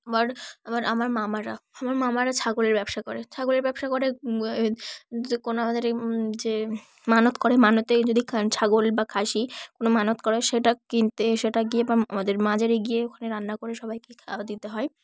আবার আবার আমার মামারা আমার মামারা ছাগলের ব্যবসা করে ছাগলের ব্যবসা করে কোনো আমাদের যে মানত করে মানতে যদি খা ছাগল বা খাসি কোনো মানত করে সেটা কিনতে সেটা গিয়ে বা আমাদের মাজারে গিয়ে ওখানে রান্না করে সবাইকে খাওয়া দিতে হয়